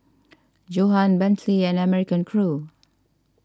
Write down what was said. Johan Bentley and American Crew